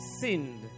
sinned